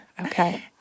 Okay